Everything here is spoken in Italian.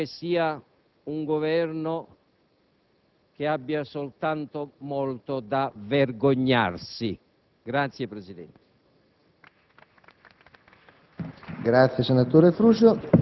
Penso che un Governo che adotta questa